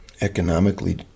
economically